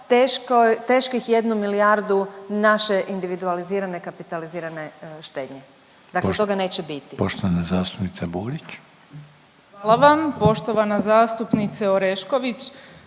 teških jednu milijardu naše individualizirane kapitalizirane štednje, dakle toga neće biti? **Reiner, Željko (HDZ)** Poštovana zastupnica Burić.